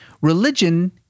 Religion